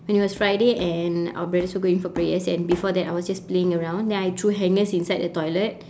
and it was friday and our parents were going for prayers and before that I was just playing around then I threw hangers inside the toilet